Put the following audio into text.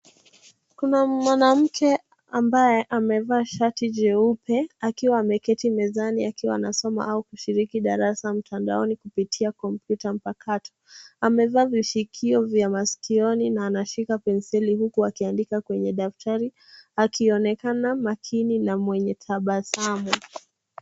Kuna mwanamke ambaye amevaa shati jeupe akiwa ameketi mezani akiwa anasoma au kushiriki darasa mtandaoni kupitia kompyuta mpakato. Amevaa vishikio vya masikioni na anashika penseli huku akiandika kwenye daftari akionekana makini na mwenye tabasamu.